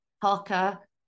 Parker